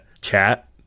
chat